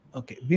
okay